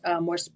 more